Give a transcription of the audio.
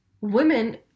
women